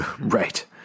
Right